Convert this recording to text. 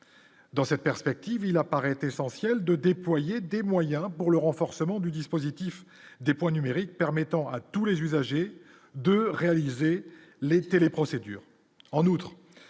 dans cette perspective, il apparaît est essentiel de déployer des moyens pour le renforcement du dispositif des poids numérique permettant à tous les usagers de réaliser l'été, les procédures,